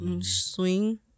Swing